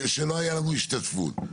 שלא היה לנו השתתפות.